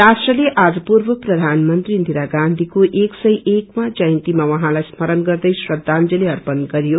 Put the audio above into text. राष्ट्रले आज पूर्व प्रधानमन्त्री इन्दीरा गान्धीको एक सय एक वाँ जयन्तिमा उहाँलाई स्मरण गर्दै श्रद्धांजली अर्पण गर्यो